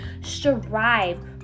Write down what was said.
strive